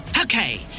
Okay